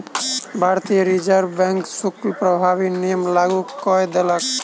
भारतीय Reserve Bank शुल्क प्रभावी नियम लागू कय देलक